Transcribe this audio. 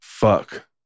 Fuck